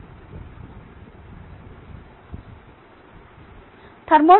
ఒక వ్యవస్థను పరిశీలిద్దాం